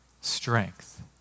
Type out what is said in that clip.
strength